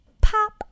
pop